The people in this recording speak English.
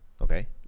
Okay